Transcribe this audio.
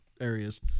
areas